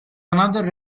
another